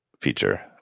feature